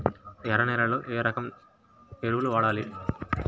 ఎర్ర నేలలో ఏ రకం ఎరువులు వాడాలి?